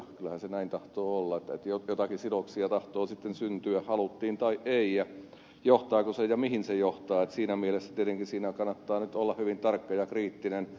kyllähän se näin tahtoo olla että joitakin sidoksia tahtoo sitten syntyä haluttiin tai ei ja siinä johtaako se johonkin ja mihin se johtaa kannattaa siinä mielessä tietenkin nyt olla hyvin tarkka ja kriittinen